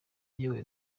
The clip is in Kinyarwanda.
yewe